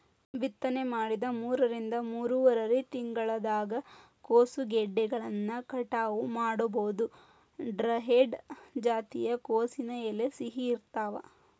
ಬಿತ್ತನೆ ಮಾಡಿದ ಮೂರರಿಂದ ಮೂರುವರರಿ ತಿಂಗಳದಾಗ ಕೋಸುಗೆಡ್ಡೆಗಳನ್ನ ಕಟಾವ ಮಾಡಬೋದು, ಡ್ರಂಹೆಡ್ ಜಾತಿಯ ಕೋಸಿನ ಎಲೆ ಸಿಹಿ ಇರ್ತಾವ